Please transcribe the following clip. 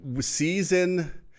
season